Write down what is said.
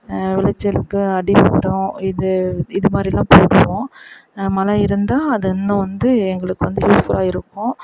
விளைச்சலுக்கு அடிமட்டம் இது இதுமாதிரிலாம் போடுவோம் மழை இருந்தால் அது இன்னும் வந்து எங்களுக்கு வந்து யூஸ்ஃபுல்லாக இருக்கும்